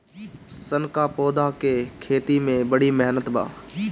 सन क पौधा के खेती में बड़ी मेहनत बा